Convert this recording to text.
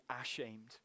ashamed